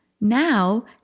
Now